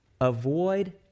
avoid